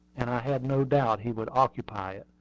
and i had no doubt he would occupy it,